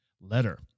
letter